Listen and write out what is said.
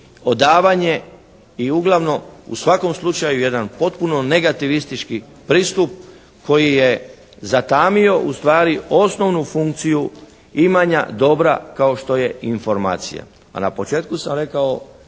odavanje i uglavnom u svakom slučaju jedan potpuno negativistički pristup koji je zatamio ustvari osnovnu funkciju imanja dobra kao što je informacija.